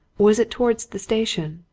was it towards the station?